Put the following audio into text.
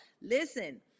listen